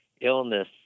illness